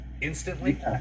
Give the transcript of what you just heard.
instantly